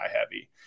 heavy